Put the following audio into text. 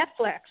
Netflix